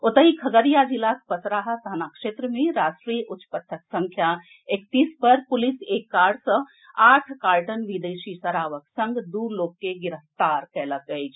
ओतहि खगड़िया जिलाक पसराहा थाना क्षेत्र मे राष्ट्रीय उच्च पथ संख्या एकतीस पर पुलिस एक कार सॅ आठ कार्टन विदेशी शराबक संग दू लोक के गिरफ्तार कएलक अछि